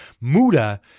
Muda